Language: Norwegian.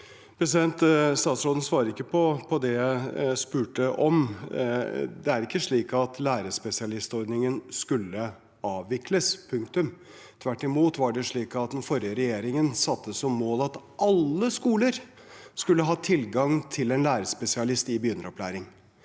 Statsråden svarte ikke på det jeg spurte om. Det er ikke slik at lærerspesialistordningen skulle avvikles, punktum. Tvert imot var det slik at den forrige regjeringen satte som mål at alle skoler skulle ha tilgang til en lærerspesialist i begynneropplæringen.